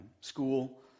school